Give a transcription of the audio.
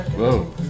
Whoa